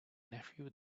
nephew